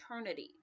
eternity